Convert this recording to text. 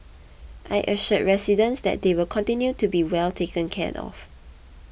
I assured residents that they will continue to be well taken care of